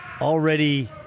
already